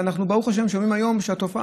ואנחנו ברוך השם שומעים שהיום התופעה,